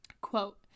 Quote